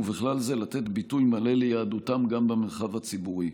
ובכלל זה לתת ביטוי מלא ליהדותם גם במרחב הציבורי.